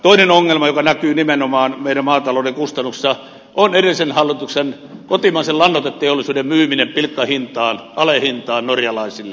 toinen ongelma joka näkyy nimenomaan meidän maatalouden kustannuksissa on edellisen hallituksen kotimaisen lannoiteteollisuuden myyminen pilkkahintaan alehintaan norjalaisille